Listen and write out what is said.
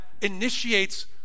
initiates